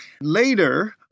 Later